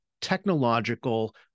technological